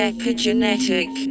Epigenetic